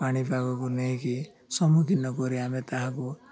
ପାଣିପାଗକୁ ନେଇକି ସମ୍ମୁଖୀନ କରି ଆମେ ତାହାକୁ